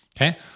okay